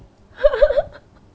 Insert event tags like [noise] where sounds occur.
[laughs]